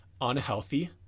unhealthy